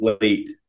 late